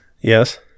Yes